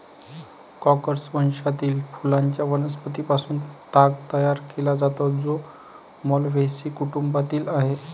Corchorus वंशातील फुलांच्या वनस्पतीं पासून ताग तयार केला जातो, जो माल्व्हेसी कुटुंबातील आहे